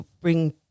bring